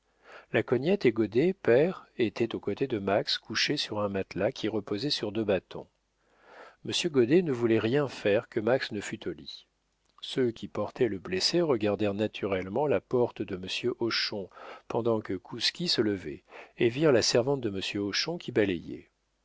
la cognette et goddet père étaient aux côtés de max couché sur un matelas qui reposait sur deux bâtons monsieur goddet ne voulait rien faire que max ne fût au lit ceux qui portaient le blessé regardèrent naturellement la porte de monsieur hochon pendant que kouski se levait et virent la servante de monsieur hochon qui